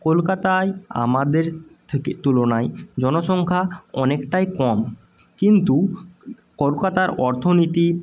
কলকাতায় আমাদের থেকে তুলনায় জনসংখ্যা অনেকটাই কম কিন্তু কলকাতার অর্থনীতি